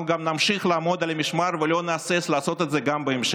אנחנו נמשיך גם לעמוד על המשמר ולא נהסס לעשות את זה גם בהמשך.